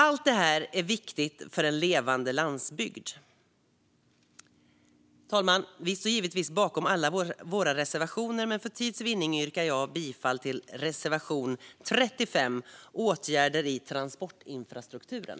Allt detta är viktigt för en levande landsbygd. Herr talman! Vi står givetvis bakom alla våra reservationer. Men för tids vinning yrkar jag bifall endast till reservation 35, Åtgärder i transportinfrastrukturen.